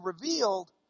revealed